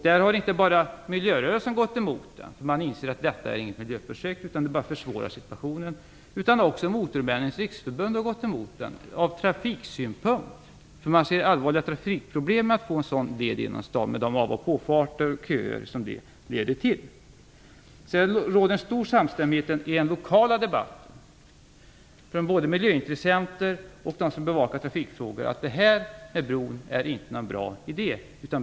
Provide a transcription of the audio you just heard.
Den har inte bara miljörörelsen gått emot därför att man insett att bron inte är något miljöprojekt och bara försvårar situationen. Också Motormännens riksförbund har gått emot den ur trafiksynpunkt. Man ser allvarliga trafikproblem med en sådan led genom staden med de av och påfarter och köer som det leder till. Det råder en stor samstämmighet i den lokala debatten mellan miljöintressen och dem som bevakar trafikfrågorna om att detta inte är någon bra idé.